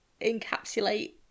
encapsulate